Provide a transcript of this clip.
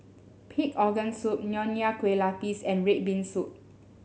Pig Organ Soup Nonya Kueh Lapis and red bean soup